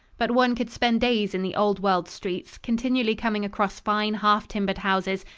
but one could spend days in the old-world streets, continually coming across fine half-timbered houses,